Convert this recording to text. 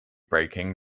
breaking